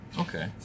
Okay